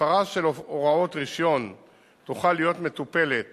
הפרה של הוראות רשיון תוכל להיות מטופלת